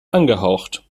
angehaucht